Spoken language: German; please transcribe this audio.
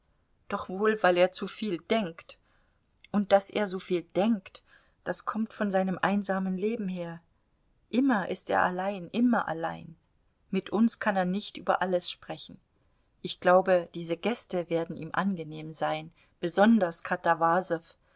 doch wohl weil er zuviel denkt und daß er soviel denkt das kommt von seinem einsamen leben her immer ist er allein immer allein mit uns kann er nicht über alles sprechen ich glaube diese gäste werden ihm angenehm sein besonders